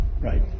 right